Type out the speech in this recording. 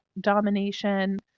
domination